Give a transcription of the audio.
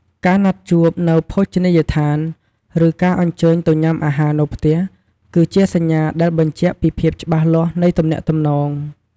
ការណាត់ជួបនៅភោជនីយដ្ឋាន ឬ ការអញ្ជើញទៅញ៉ាំអាហារនៅផ្ទះ គឺជាសញ្ញាដែលបញ្ជាក់ពីភាពច្បាស់លាស់នៃទំនាក់ទំនង។